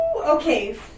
okay